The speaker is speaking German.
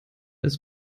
ist